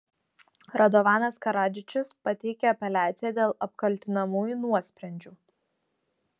radovanas karadžičius pateikė apeliaciją dėl apkaltinamųjų nuosprendžių